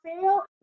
fail